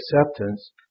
acceptance